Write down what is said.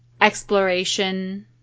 exploration